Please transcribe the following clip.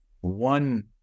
one